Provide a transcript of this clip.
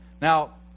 Now